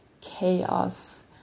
chaos